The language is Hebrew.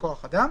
כוח אדם